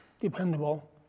dependable